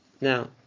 Now